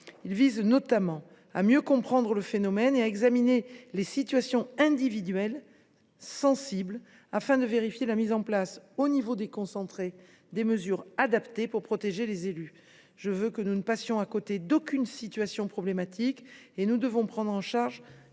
pour objectif de mieux comprendre le phénomène et à examiner les situations individuelles sensibles afin de vérifier la mise en place, au niveau déconcentré, des mesures adaptées pour protéger les élus. Je veux que nous ne passions à côté d’aucune situation problématique, et nous devons prendre en charge